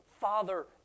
father